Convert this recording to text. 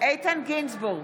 איתן גינזבורג,